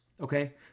Okay